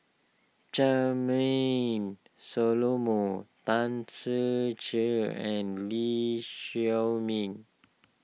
Charmaine Solomon Tan Ser Cher and Lee Shao Meng